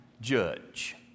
judge